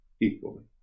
equally